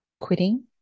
quitting